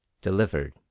delivered